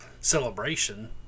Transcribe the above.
celebration